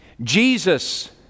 Jesus